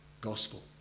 gospel